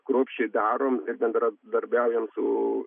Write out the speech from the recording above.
kruopščiai darom ir bendradarbiaujam su